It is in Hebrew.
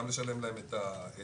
גם לשלם להם את השכר,